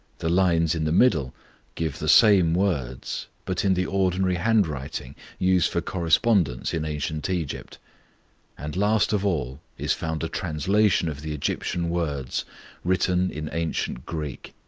the lines in the middle give the same words, but in the ordinary handwriting used for correspondence in ancient egypt and last of all is found a translation of the egyptian words written in ancient greek.